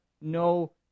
no